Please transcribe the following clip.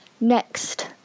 next